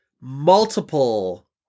multiple